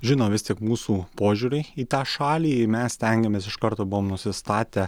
žino vis tik mūsų požiūrį į tą šalį mes stengiamės iš karto buvom nusistatę